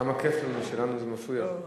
כמה כיף לנו, שלנו זה מפריע.